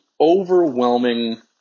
overwhelming